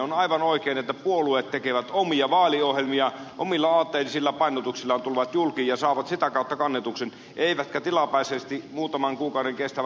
on aivan oikein että puolueet tekevät omia vaaliohjelmiaan tulevat julki omilla aatteellisilla painotuksillaan ja saavat sitä kautta kannatuksen eivätkä tilapäisesti muutaman kuukauden kestävällä sopimuksella